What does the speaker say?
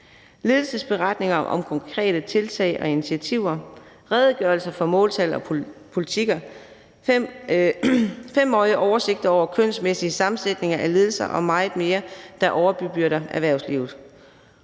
ledelsesberetninger om konkrete tiltag og initiativer, redegørelser for måltal og politikker, 5-årige oversigter over kønsmæssig sammensætning af ledelser og meget mere, der overbebyrder erhvervslivet.